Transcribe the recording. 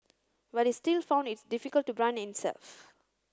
but it still found it difficult to brand itself